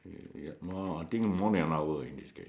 ya more I think more than an hour already in this case